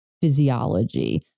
physiology